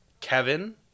Kevin